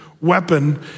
weapon